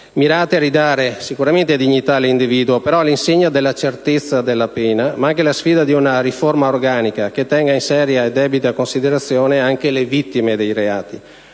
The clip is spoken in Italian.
mirate sicuramente a ridare dignità all'individuo, però all'insegna della certezza della pena, ma anche la sfida di una riforma organica, che tenga in seria e debita considerazione anche le vittime dei reati.